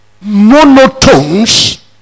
monotones